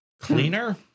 Cleaner